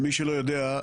מי שלא יודע,